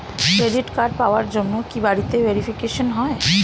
Credit card পাওয়ার জন্য কি বাড়িতে ভেরিফিকেশন হয়?